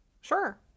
Sure